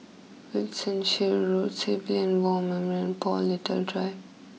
Wiltshire Road Civilian War Memorial and Paul little Drive